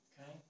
Okay